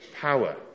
power